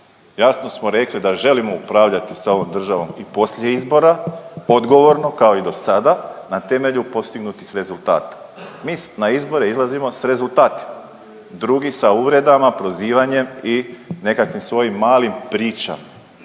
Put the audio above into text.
Jasno smo rekli da želimo upravljati sa ovom državom i poslije izbora odgovorno kao i do sada na temelju postignutih rezultata. Mi na izbore izlazimo s rezultatima, drugi sa uvredama, prozivanjem i nekakvim svojim malim pričama.